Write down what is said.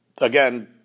again